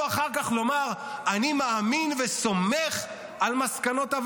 אני מצטער שאתה צריך לצאת,